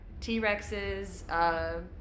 T-Rexes